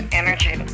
energy